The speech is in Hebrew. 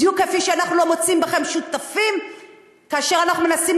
בדיוק כפי שאנחנו לא מוצאים בכם שותפים כאשר אנחנו מנסים